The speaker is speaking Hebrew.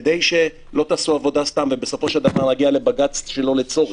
כדי שלא תעשו עבודה סתם ובסופו של דבר נגיע לבג"ץ שלא לצורך?